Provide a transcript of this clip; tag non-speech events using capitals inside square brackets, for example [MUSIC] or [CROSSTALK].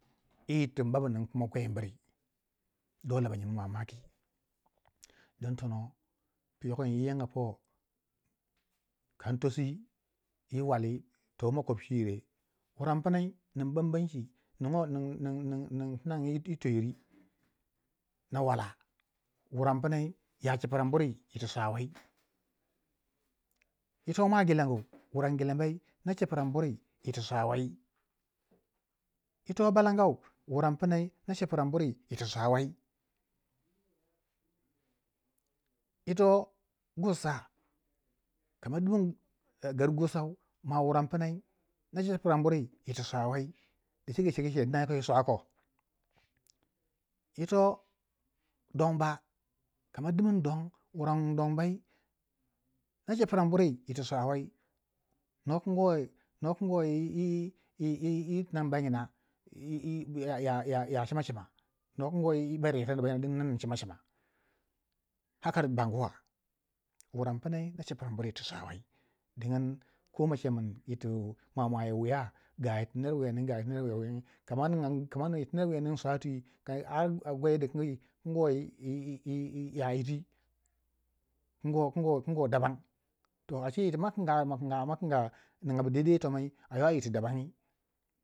Yi yirti mba bu ning gwe miri dole ba nyimin mamaki dun tono pu yoko inyi yanga po kan tosi yi wali to makobci yire, wurang pnai ning bambamci ning ning tinangi yi toyiri na wala wurang pnai ya chiprang buri yiti swa wai, yito mwa gelengu wuran gelengu pnai ya ku cipno buri yiti swa wai, yito balangau wuran pma yaku cihpno buri yiti swa wai, yito gursa kama dimni gar gursau mwamwa wurang pnai na chiprangburi yi wurang swa wai dacike yi cegu ce dina yi swa ko, yito don ba kama dimin dong wurang dombai yaku chiprano buri yi wuran swa wai no kongoi no king wo yi [HESITATION] ti ningi banyina [HESITATION] ya chima chima no kigou yitono banyina banyina don ba ning cima cima, haka baguwa wurang pnai na chiprang buri yi yiti swa wai dingin koma chekin yi mwamwa yi wuya ga yitti ner wiya ningi ga yiti ner wiya ningi kama nu yir ti ner wuya ning swa twi ka arr a gwei dikangi kingoi [HESITATION] ya ywiti kungo dabam to ace yiti ma kinga ninga bu daidai yi tomai ayo ti dabang